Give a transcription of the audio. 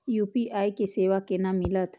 UPI के सेवा केना मिलत?